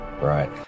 Right